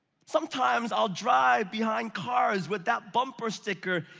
sometimes, i'll drive behind cars with that bumper sticker.